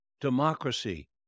democracy